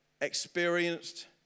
experienced